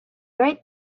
right